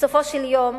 בסופו של יום,